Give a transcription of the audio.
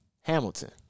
Hamilton